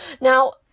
Now